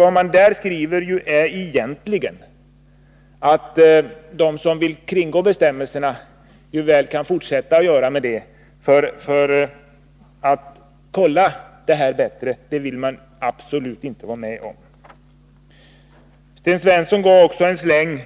Vad man där skriver är egentligen att de som vill kringgå bestämmelserna kan fortsätta att göra det, eftersom man absolut inte vill vara med om någon strängare kontroll. Sten Svensson gav en släng även